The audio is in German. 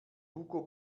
hugo